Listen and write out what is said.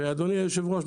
אדוני היושב ראש,